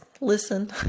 listen